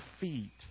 feet